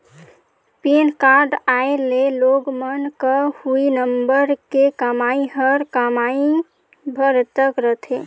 PAN card आए ले लोग मन क हुई नंबर के कमाई हर कमातेय भर तक रथे